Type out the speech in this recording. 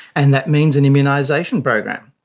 and that means an immunisation program.